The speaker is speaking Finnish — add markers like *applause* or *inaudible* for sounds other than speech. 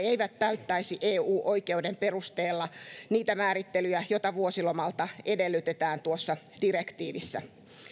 *unintelligible* eivät täyttäisi eu oikeuden perusteella niitä määrittelyjä joita vuosilomalta edellytetään tuossa direktiivissä